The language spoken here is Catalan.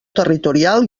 territorial